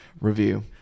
review